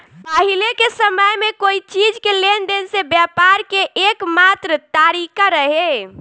पाहिले के समय में कोई चीज़ के लेन देन से व्यापार के एकमात्र तारिका रहे